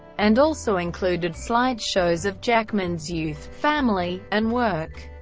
and also included slide shows of jackman's youth, family, and work,